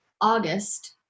August